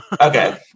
Okay